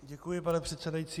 Děkuji, pane předsedající.